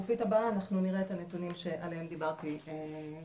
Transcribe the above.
בשקופית הבאה אנחנו נראה את הנתונים שעליהם דיברתי קודם,